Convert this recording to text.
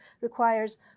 requires